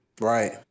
right